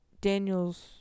Daniels